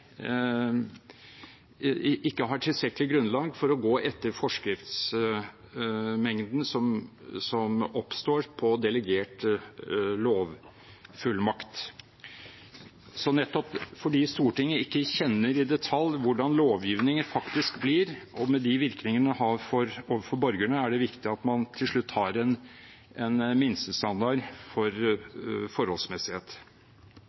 grunnlag for å gå etter forskriftsmengden som oppstår på delegert lovfullmakt. Nettopp fordi Stortinget ikke kjenner i detalj hvordan lovgivningen faktisk blir – og med de virkningene det har overfor borgerne – er det viktig at man til slutt har en minstestandard for forholdsmessighet. Det vil altså sikre rettssikkerheten og forutberegneligheten og utvikle en